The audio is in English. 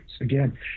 Again